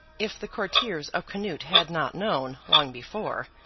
if the courtiers of canute had not known, long before,